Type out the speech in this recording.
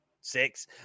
six